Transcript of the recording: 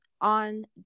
On